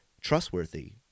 trustworthy